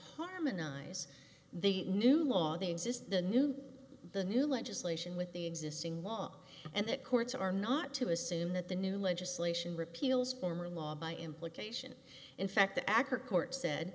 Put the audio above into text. harmonize the new law they exist the new the new legislation with the existing law and the courts are not to assume that the new legislation repeals former law by implication in fact the acar court said